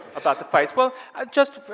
about the fights. well, ah just,